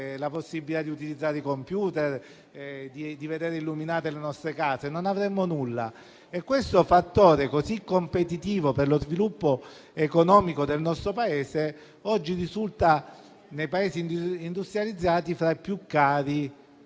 la possibilità di utilizzare i computer e di vedere illuminate le nostre case; non avremmo nulla. Questo fattore così competitivo per lo sviluppo economico del nostro Paese oggi risulta, nei Paesi industrializzati, fra i più cari